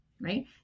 right